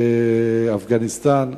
באפגניסטן,